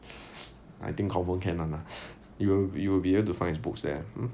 I think confirm can [one] you you'll be able to find his books there